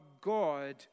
God